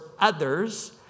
others